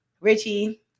Richie